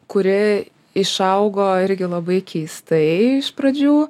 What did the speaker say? kuri išaugo irgi labai keistai iš pradžių